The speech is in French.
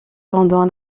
pendant